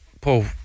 Paul